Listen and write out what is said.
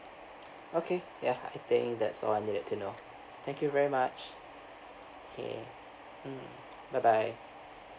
okay ya I think that's all I needed to know thank you very much okay mm bye bye